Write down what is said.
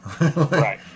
Right